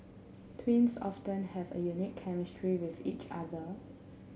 twins often have a unique chemistry with each other